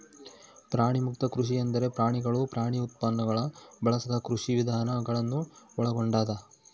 ಪ್ರಾಣಿಮುಕ್ತ ಕೃಷಿ ಎಂದರೆ ಪ್ರಾಣಿಗಳು ಪ್ರಾಣಿ ಉತ್ಪನ್ನಗುಳ್ನ ಬಳಸದ ಕೃಷಿವಿಧಾನ ಗಳನ್ನು ಒಳಗೊಂಡದ